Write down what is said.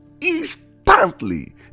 instantly